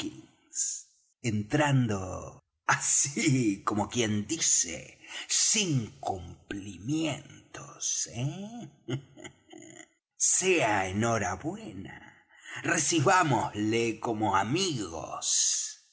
entrando así como quien dice sin cumplimientos eh sea enhora buena recibámosle como amigos